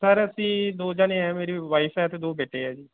sir ਅਸੀਂ ਦੋ ਜਣੇ ਆ ਮੇਰੀ ਵਾਈਫ ਹੈ ਅਤੇ ਦੋ ਬੇਟੇ ਹੈ ਜੀ